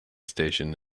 station